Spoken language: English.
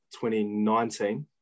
2019